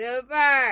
Super